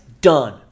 Done